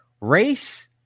Race